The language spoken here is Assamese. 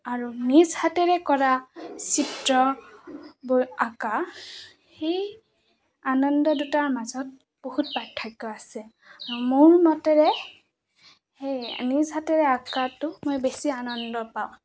আৰু নিজ হাতেৰে কৰা চিত্ৰবোৰ অঁকা সেই আনন্দ দুটাৰ মাজত বহুত পাৰ্থক্য আছে আৰু মোৰ মতেৰে সেই নিজ হাতেৰে অঁকাটো মই বেছি আনন্দ পাওঁ